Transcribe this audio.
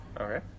Okay